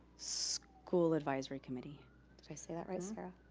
school advisory committee. did i say that right, sarah?